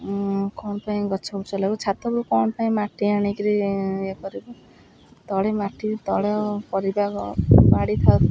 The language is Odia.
କ'ଣ ପାଇଁ ଗଛ ଫଛ ଲାଗିବ ଛାତକୁ କ'ଣ ପାଇଁ ମାଟି ଆଣିକିରି ଇଏ କରିବୁ ତଳେ ମାଟି ତଳ ପରିବା ବାଡ଼ି ଥାଉ